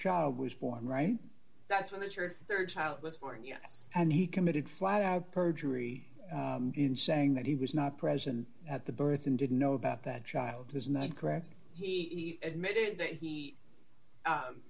child was born right that's when that your rd child was born yes and he committed flat out perjury in saying that he was not present at the birth and didn't know about that child is not correct he admitted that he